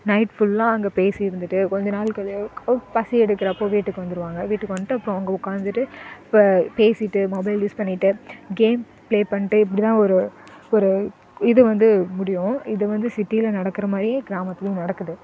night ஃபுல்லாக அங்கே பேசி இருந்துட்டு கொஞ்ச நாள் பசி எடுக்கிறப்போ வீட்டுக்கு வந்துடுவாங்க வீட்டுக்கு வந்துட்டு அப்புறம் அங்கே உட்காந்துட்டு இப்போ பேசிட்டு மொபைல் யூஸ் பண்ணிட்டு கேம் ப்ளே பண்ணிட்டு இப்படி தான் ஒரு ஒரு இது வந்து முடியும் இது வந்து சிட்டியில் நடக்கிற மாதிரியே கிராமத்துலேயும் நடக்குது